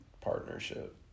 partnership